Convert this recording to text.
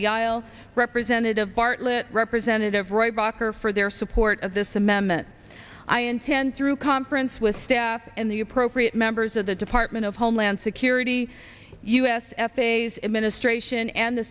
the aisle representative bartlett representative roy bach or for their support of this amendment i entend through conference with staff and the appropriate members of the department of homeland security u s f a's administration and the